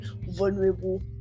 vulnerable